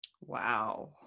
wow